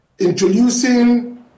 introducing